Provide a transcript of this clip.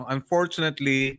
Unfortunately